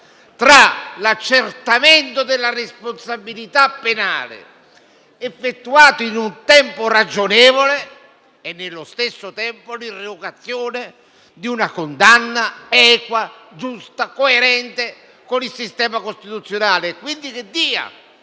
tra l'accertamento della responsabilità penale effettuato in un tempo ragionevole e, contemporaneamente, l'irrogazione di una condanna equa, giusta e coerente con il sistema costituzionale, quindi che dia